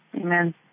Amen